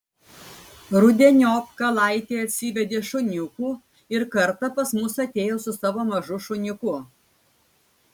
rudeniop kalaitė atsivedė šuniukų ir kartą pas mus atėjo su savo mažu šuniuku